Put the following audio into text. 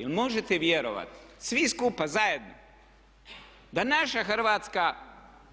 Jel' možete vjerovati svi skupa zajedno da naša Hrvatska